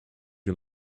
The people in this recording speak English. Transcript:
you